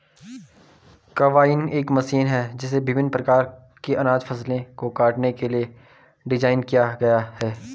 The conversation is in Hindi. कंबाइन एक मशीन है जिसे विभिन्न प्रकार की अनाज फसलों को काटने के लिए डिज़ाइन किया गया है